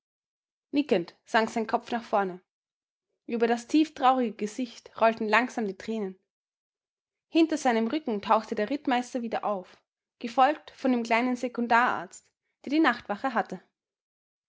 nickend sank sein kopf nach vorne über das tieftraurige gesicht rollten langsam die tränen hinter seinem rücken tauchte der rittmeister wieder auf gefolgt von dem kleinen sekundararzt der die nachtwache hatte